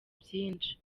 byinshi